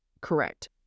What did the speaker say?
Correct